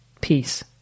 Peace